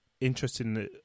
interesting